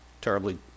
terribly